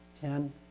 ten